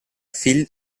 phil